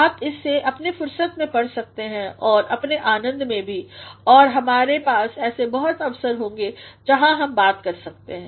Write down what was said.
आप इसे अपने फुर्सत में पढ़ सकते हैं और अपने आनंद में भी और हमारे पास ऐसे बहुत अवसर होंगे जहाँ हम बात कर सकते हैं